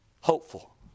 Hopeful